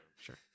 sure